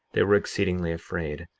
they were exceedingly afraid,